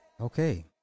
Okay